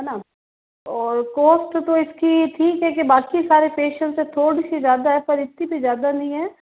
है न और कॉस्ट तो इसकी ठीक है ये बाकि सारे फेशियल से थोड़ी सी ज़्यादा है पर इतनी भी ज़्यादा नहीं है